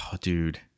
dude